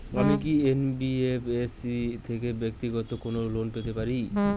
আমি কি এন.বি.এফ.এস.সি থেকে ব্যাক্তিগত কোনো লোন পেতে পারি?